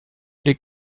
les